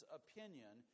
opinion